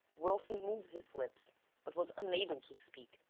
wilson moved his lips, but was unable to speak.